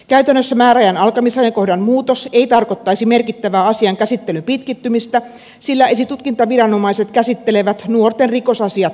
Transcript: käytännössä määräajan alkamisajankohdan muutos ei tarkoittaisi merkittävää asian käsittelyn pitkittymistä sillä esitutkintaviranomaiset käsittelevät nuorten rikosasiat joutuisasti